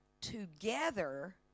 together